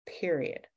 period